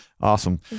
Awesome